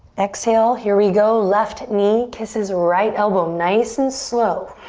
exhale, here we go. left knee kisses right elbow. nice and slow.